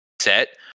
set